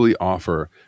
offer